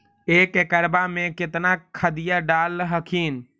एक एकड़बा मे कितना खदिया डाल हखिन?